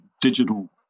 digital –